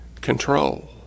control